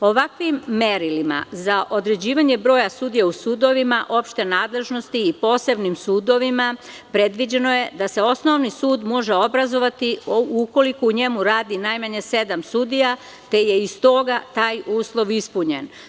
Ovakvim merilima za određivanje broja sudija u sudovima opšte nadležnosti i posebnim sudovima predviđeno je da se osnovni sud može obrazovati ukoliko u njemu radi najmanje sedam sudija, te je stoga taj uslov ispunjen.